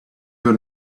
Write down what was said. will